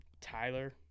Tyler